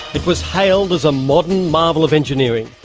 it was hailed as a modern marvel of engineering.